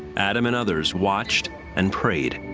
adam and others watched and prayed.